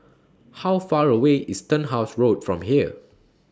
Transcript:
How Far away IS Turnhouse Road from here